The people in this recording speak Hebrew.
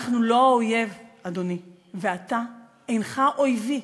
אנחנו לא האויב, אדוני, ואתה אינך אויבי.